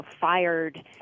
fired